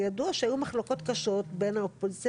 והיה ידוע שהיו מחלוקות קשות בין הקואליציה